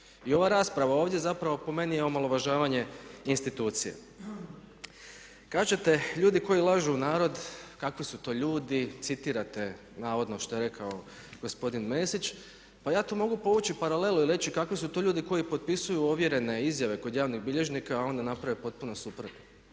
I ova rasprava ovdje zapravo po meni je omalovažavanje institucija. Kažete, ljudi koji lažu narod kakvi su to ljudi, citirate navodno što je rekao gospodin Mesić. Pa ja tu mogu povući paralelu i reći kakvi su to ljudi koji potpisuju ovjerene izjave kod javnih bilježnika a onda naprave potpuno suprotno.